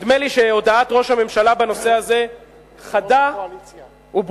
נדמה לי שהודעת ראש הממשלה בנושא הזה חדה וברורה: